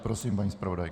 Prosím, paní zpravodajko.